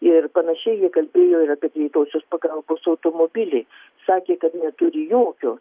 ir panašiai jie kalbėjo ir apie greitosios pagalbos automobilį sakė kad neturi jokio